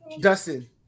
Dustin